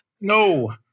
No